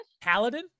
Paladin